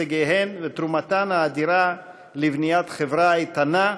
הישגיהן ותרומתן האדירה לבניית חברה איתנה,